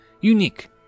unique